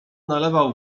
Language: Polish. nalewał